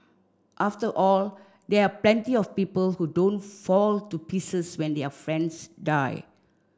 after all there are plenty of people who don't fall to pieces when their friends die